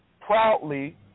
proudly